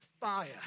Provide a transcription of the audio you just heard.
fire